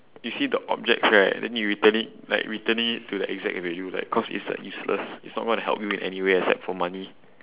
you see the objects right then you return it like returning it to the exact way you like cause it's like useless it's not going to help you in anyway except for money